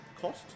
Cost